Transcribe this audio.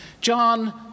John